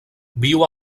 viu